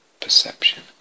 perception